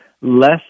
less